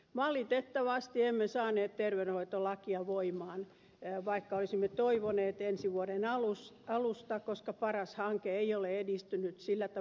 valitettavasti emme saaneet terveydenhoitolakia ensi vuoden alusta voimaan vaikka olisimme toivoneet koska paras hanke ei ole edistynyt sillä tavalla kuin sen olisi pitänyt